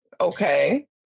okay